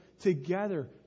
together